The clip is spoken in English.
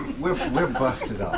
liam busted